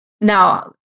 Now